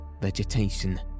vegetation